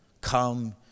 come